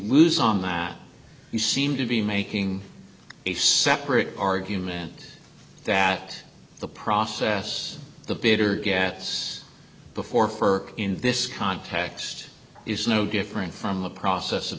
lose on line you seem to be making a separate argument that the process the bidder gets before ferk in this context is no different from the process of